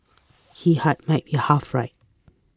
he had might be half right